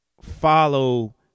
follow